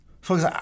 Folks